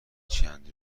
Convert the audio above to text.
چند